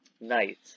Night